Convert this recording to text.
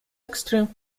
extreme